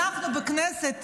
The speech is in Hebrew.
אנחנו בכנסת,